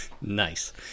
nice